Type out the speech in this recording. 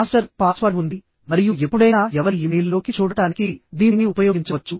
master password ఉంది మరియు ఎప్పుడైనా ఎవరి ఇమెయిల్ లోకి చూడటానికి దీనిని ఉపయోగించవచ్చు